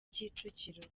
kicukiro